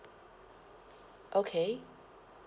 okay